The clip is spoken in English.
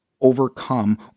overcome